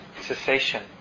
cessation